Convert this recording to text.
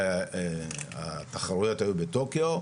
כשהתחרויות היו בטוקיו.